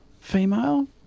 female